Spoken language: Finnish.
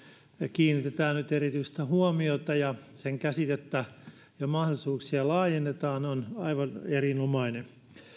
kiinnitetään nyt erityistä huomiota ja sen käsitettä ja mahdollisuuksia laajennetaan on aivan erinomainen